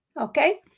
Okay